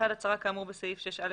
הצהרה כאמור בסעיף 6א1(ג)